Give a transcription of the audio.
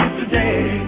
today